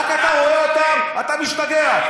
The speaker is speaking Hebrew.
רק אתה רואה אותם, אתה משתגע.